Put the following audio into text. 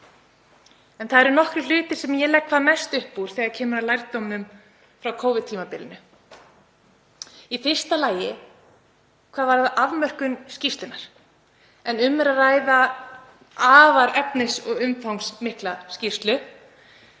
En það eru nokkrir hlutir sem ég legg mest upp úr þegar kemur að lærdómi frá Covid-tímabilinu. Í fyrsta lagi hvað varðar afmörkun skýrslunnar þá er um að ræða afar efnis- og umfangsmikla skýrslu